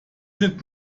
sind